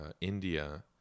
India